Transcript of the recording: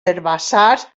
herbassars